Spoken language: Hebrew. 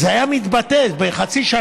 צריך לעבור 3%. אז זה היה מתבטא בחצי שנה,